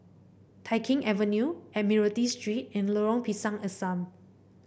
Tai Keng Avenue Admiralty Street and Lorong Pisang Asam